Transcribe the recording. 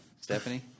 Stephanie